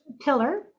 pillar